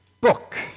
book